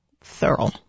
thorough